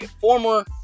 former